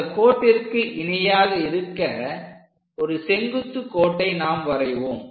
அந்த கோட்டிற்கு இணையாக இருக்க ஒரு செங்குத்து கோட்டை நாம் வரைவோம்